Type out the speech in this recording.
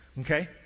Okay